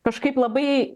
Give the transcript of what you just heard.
kažkaip labai